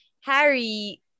Harry